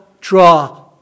draw